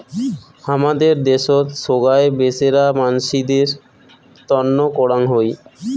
হামাদের দ্যাশোত সোগায় বেচেরা মানসিদের তন্ন করাং হই